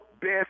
best